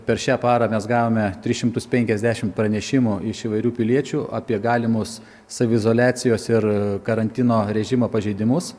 per šią parą mes gavome tris šimtus penkiasdešim pranešimų iš įvairių piliečių apie galimus saviizoliacijos ir karantino režimo pažeidimus